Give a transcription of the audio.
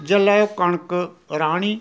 जिल्लै कनक राह्नी